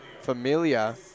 Familia